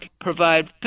provide